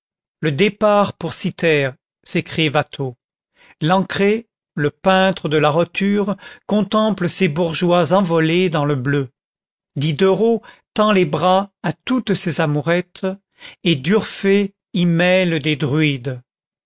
le départ pour cythère s'écrie watteau lancret le peintre de la roture contemple ses bourgeois envolés dans le bleu diderot tend les bras à toutes ces amourettes et d'urfé y mêle des druides